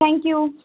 thank you